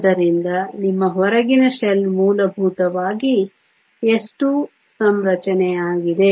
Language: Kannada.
ಆದ್ದರಿಂದ ನಿಮ್ಮ ಹೊರಗಿನ ಶೆಲ್ ಮೂಲಭೂತವಾಗಿ s2 ಸಂರಚನೆಯಾಗಿದೆ